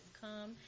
come